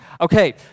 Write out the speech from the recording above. okay